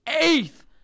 Eighth